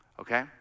okay